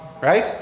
Right